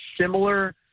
similar